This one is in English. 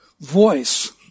voice